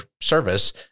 service